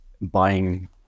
buying